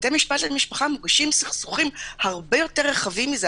בבתי משפט למשפחה מוגשים סכסוכים הרבה יותר רחבים מזה,